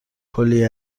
کلی